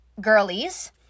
girlies